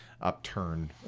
upturn